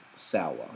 sour